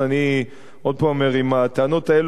אני עוד הפעם אומר: אם הטענות האלה היו